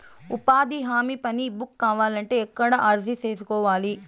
ఉపాధి హామీ పని బుక్ కావాలంటే ఎక్కడ అర్జీ సేసుకోవాలి?